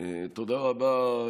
תודה רבה,